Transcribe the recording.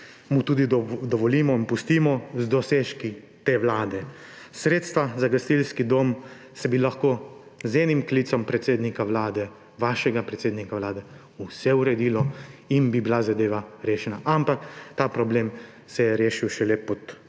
mu tudi dovolimo in pustimo, edino z dosežki te vlade. Sredstva za gasilski dom bi se lahko z enim klicem predsednika Vlade, vašega predsednika Vlade uredila in bi bila zadeva rešena. Ampak ta problem se je rešil šele pod